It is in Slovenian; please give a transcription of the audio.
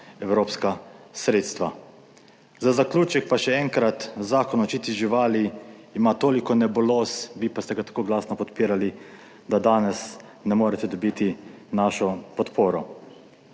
evropska sredstva. Za zaključek pa še enkrat. Zakon o zaščiti živali ima toliko nebuloz, vi pa ste ga tako glasno podpirali, da danes ne morete dobiti našo podporo.